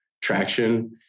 Traction